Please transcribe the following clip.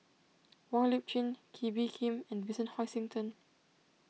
Wong Lip Chin Kee Bee Khim and Vincent Hoisington